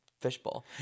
Fishbowl